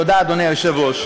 תודה, אדוני היושב-ראש.